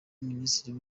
minisitiri